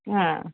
હા